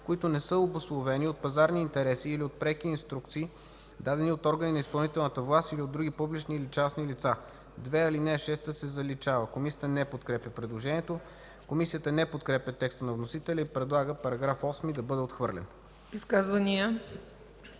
които не са обусловени от пазарни интереси или от преки инструкции, дадени от органи на изпълнителната власт или от други публични, или частни лица.” 2. Алинея 6 се заличава.” Комисията не подкрепя предложението. Комисията не подкрепя текста на вносителя и предлага § 8 да бъде отхвърлен.